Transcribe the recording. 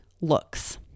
looks